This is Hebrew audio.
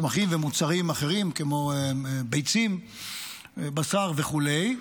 צמחים ומוצרים אחרים, כמו ביצים, בשר וכו'.